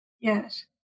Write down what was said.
Yes